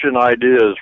ideas